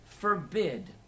forbid